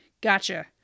gotcha